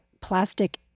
Plastic